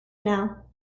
now